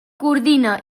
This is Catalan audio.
coordina